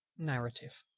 narrative